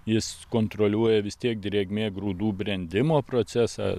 jis kontroliuoja vis tiek drėgmė grūdų brendimo procesą